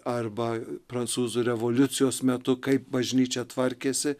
arba prancūzų revoliucijos metu kaip bažnyčia tvarkėsi